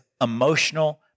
emotional